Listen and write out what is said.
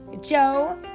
Joe